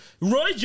Roy